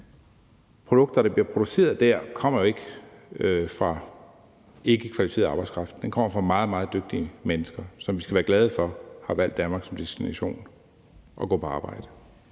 produkter, der bliver produceret der, kommer jo ikke fra ikkekvalificeret arbejdskraft; den kommer fra meget, meget dygtige mennesker, som vi skal være glade for har valgt Danmark som destination at gå på arbejde